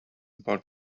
about